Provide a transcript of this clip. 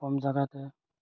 কম জেগাতে